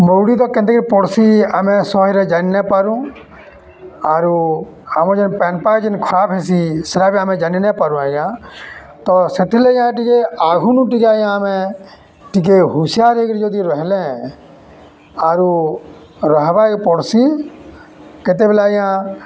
ମରୂଡ଼ି ତ କେନ୍ତିକିରି ପଡ଼୍ସି ଆମେ ସହଜ୍ରେ ଜାଣି ନାଇ ପାରୁ ଆରୁ ଆମର ଯେନ୍ ପାଏନ୍ପାଗ୍ ଯେନ୍ ଖରାପ୍ ହେସି ସେଟା ବି ଆମେ ଜାଣି ନାଇଁ ପାରୁ ଆଜ୍ଞା ତ ସେଥି ଆଘୁନୁ ଟିକେ ଆଜ୍ଞା ଆମେ ଟିକେ ହୁସିଆର୍ ହେଇକିରି ଯଦି ରହେଲେ ଆରୁ ରହିବାକେ ପଡ଼୍ସି କେତେବେଲେ ଆଜ୍ଞା